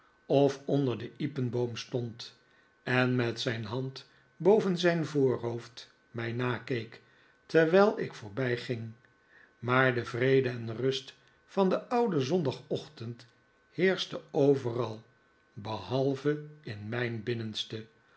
of onder den iepeboom stond en met zijn hand boven zijn voorhoofd mij nakeek terwijl ik voorbij ging maar de vrede en rust van den ouden zondagochtend heerschte overal behalve in mijn binnenste